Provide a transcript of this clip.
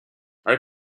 are